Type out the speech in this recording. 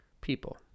People